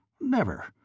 Never